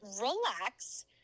relax